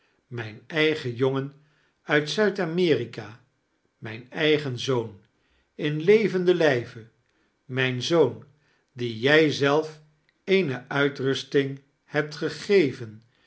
mijn eigen jongen uit zuid-amerika mijn eigen zoon in levenden lijve mijn zoom dien jij zelf eene uitxusting hebt gegeven